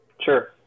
Sure